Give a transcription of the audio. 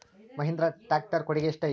Mahindra tractor ಕೊಡುಗೆ ಎಷ್ಟು ಐತಿ?